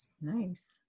Nice